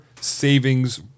savings